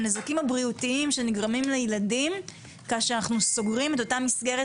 הנזקים הבריאותיים שנגרמים לילדים כאשר אנחנו סוגרים את אותה המסגרת